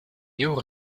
nieuw